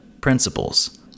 principles